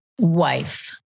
wife